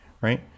Right